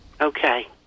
Okay